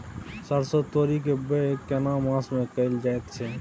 सरसो, तोरी के बौग केना मास में कैल जायत छै?